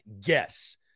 guess